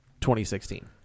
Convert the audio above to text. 2016